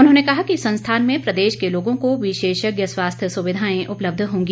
उन्होंने कहा कि संस्थान में प्रदेश के लोगों को विशेषज्ञ स्वास्थ्य सुविधाएं उपलब्ध होंगी